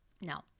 no